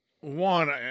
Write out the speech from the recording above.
One